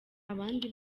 abandi